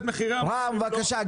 רם, לא להפריע בבקשה.